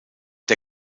der